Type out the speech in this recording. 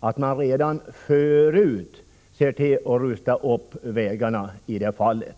att man redan innan ser till att rusta upp vägarna i dessa områden.